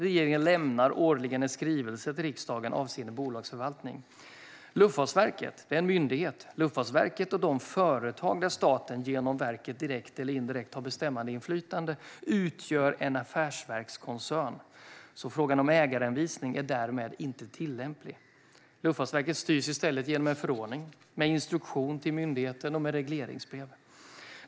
Regeringen lämnar årligen en skrivelse till riksdagen avseende bolagsförvaltningen. Luftfartsverket är en myndighet. Luftfartsverket och de företag där staten genom verket direkt eller indirekt har ett bestämmandeinflytande utgör en affärsverkskoncern. Frågan om ägaranvisningar är därmed inte tillämplig. Luftfartsverket styrs i stället genom förordning med instruktion till myndigheten och regleringsbrev.